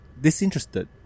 disinterested